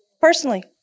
Personally